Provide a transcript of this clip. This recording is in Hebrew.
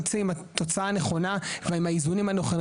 הרטרואקטיבית וגם אנחנו לא נצא עם התוצאה הנכונה והאיזונים הנכונים,